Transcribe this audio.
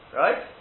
right